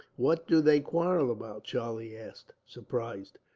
what do they quarrel about? charlie asked, surprised.